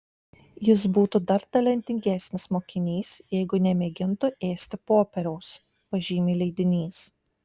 jis būtų dar talentingesnis mokinys jeigu nemėgintų ėsti popieriaus pažymi leidinys